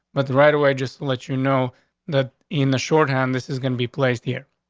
but the right away just let you know that in the short hand, this is gonna be placed here.